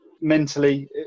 mentally